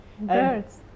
Birds